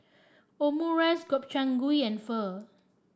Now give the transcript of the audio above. Omurice Gobchang Gui and Pho